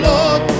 Lord